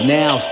now